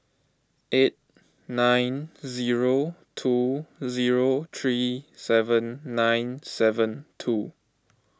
eight nine zero two zero three seven nine seven two